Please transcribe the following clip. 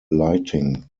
lighting